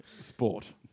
Sport